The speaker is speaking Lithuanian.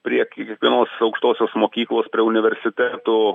prie kiekvienos aukštosios mokyklos prie universitetų